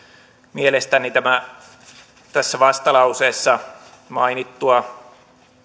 mielestäni tässä vastalauseessa mainittua